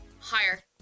Higher